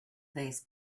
these